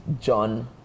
John